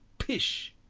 pish!